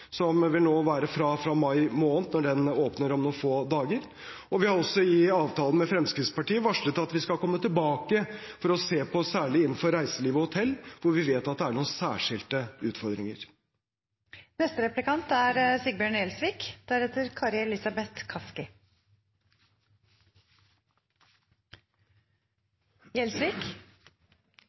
som vil være fra mai måned – når den åpner om noen få dager. Vi har i avtalen med Fremskrittspartiet også varslet at vi skal komme tilbake for å se på særlig reiseliv og hotell, hvor vi vet at det er noen særskilte utfordringer. Et viktig prinsipp ved skattlegging i Norge er